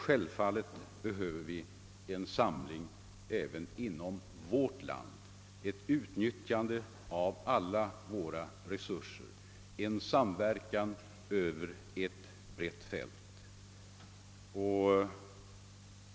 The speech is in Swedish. Självfallet behöver vi en samling även inom vårt land, ett utnyttjande av alla våra resurser, en samverkan över ett brett fält.